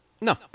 No